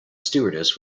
stewardess